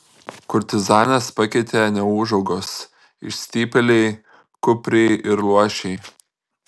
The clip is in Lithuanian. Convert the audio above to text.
kurtizanes pakeitė neūžaugos išstypėliai kupriai ir luošiai